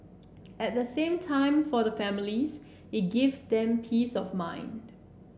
at the same time for the families it gives them peace of mind